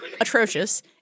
atrocious